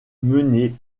menée